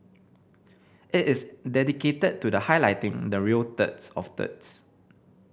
it is dedicated to the highlighting the real turds of turds